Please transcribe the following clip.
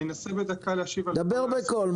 אני אנסה להשיב בדקה על כל מה